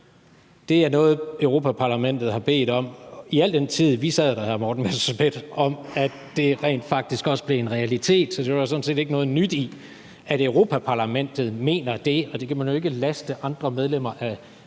er noget, Europa-Parlamentet har bedt om i al den tid, vi sad der, hr. Morten Messerschmidt, rent faktisk også blev en realitet. Så der er sådan set ikke noget nyt i, at Europa-Parlamentet mener det, og det kan man jo ikke laste andre medlemmer af